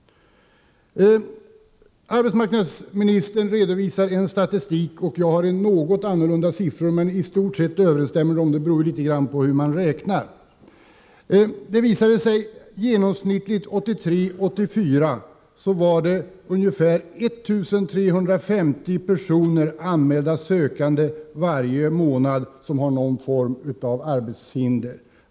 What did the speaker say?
Arbetsmarknadsministern redovisar en statistik — jag har något annorlunda siffror, men i stort sett överensstämmer våra siffror; det beror litet grand på hur man räknar. 1983/84 var genomsnittligt ca 1 350 personer som har någon form av arbetshinder anmälda som arbetssökande varje månad.